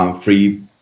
free